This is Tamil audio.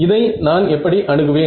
இதை நான் எப்படி அணுகுவேன்